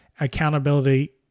accountability